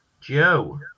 Joe